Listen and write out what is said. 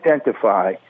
identify